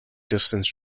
distance